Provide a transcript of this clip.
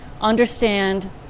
understand